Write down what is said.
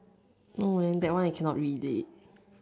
no way that one I cannot read is it